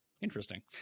Interesting